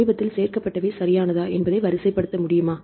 சமீபத்தில் சேர்க்கப்பட்டவை சரியானதா என்பதை வரிசைப்படுத்த முடியுமா